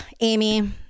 Amy